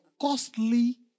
costly